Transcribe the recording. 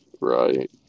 Right